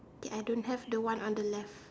ya I don't have the one on the left